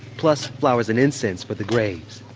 plus flowers and incense for the graves.